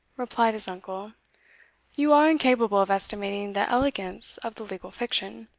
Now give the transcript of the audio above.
replied his uncle you are incapable of estimating the elegance of the legal fiction,